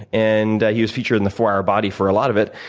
and he was featured in the four hour body for a lot of it,